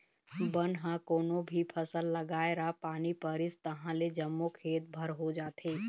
बन ह कोनो भी फसल लगाए र पानी परिस तहाँले जम्मो खेत भर हो जाथे